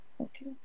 okay